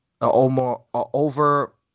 over